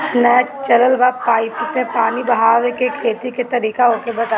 नया चलल बा पाईपे मै पानी बहाके खेती के तरीका ओके बताई?